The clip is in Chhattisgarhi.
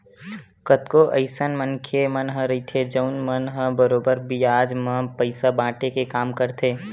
कतको अइसन मनखे मन ह रहिथे जउन मन ह बरोबर बियाज म पइसा बाटे के काम करथे